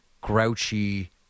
grouchy